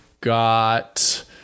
got